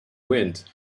wind